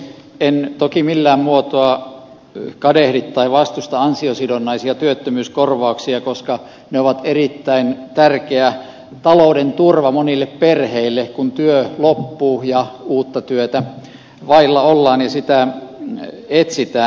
en toki millään muotoa kadehdi tai vastusta ansiosidonnaisia työttömyyskorvauksia koska ne ovat erittäin tärkeä talouden turva monille perheille kun työ loppuu ja uutta työtä vailla ollaan ja sitä etsitään